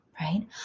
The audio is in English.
right